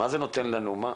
מה זה נותן לנו,